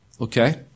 okay